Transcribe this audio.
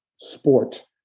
sport